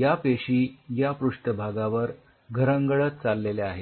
या पेशी या पृष्ठभागावर घरंगळत चालल्या आहेत